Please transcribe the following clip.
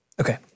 okay